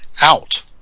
out